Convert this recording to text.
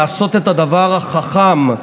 לעשות את הדבר החכם.